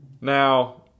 Now